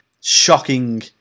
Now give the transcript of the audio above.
shocking